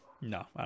No